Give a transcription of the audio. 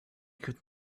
could